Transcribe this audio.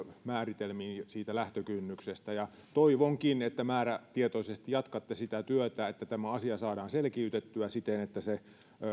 määritelmiin lähtökynnyksestä toivonkin että määrätietoisesti jatkatte sitä työtä niin että tämä asia saadaan selkiytettyä siten että se